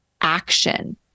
action